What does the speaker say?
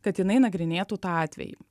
kad jinai nagrinėtų tą atvejį